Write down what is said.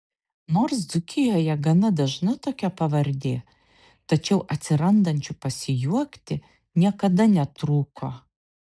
nors dzūkijoje gana dažna tokia pavardė tačiau atsirandančių pasijuokti niekada netrūko